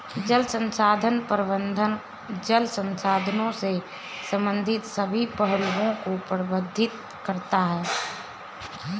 जल संसाधन प्रबंधन जल संसाधनों से संबंधित सभी पहलुओं को प्रबंधित करता है